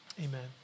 Amen